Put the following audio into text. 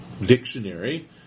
dictionary